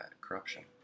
corruption